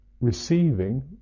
receiving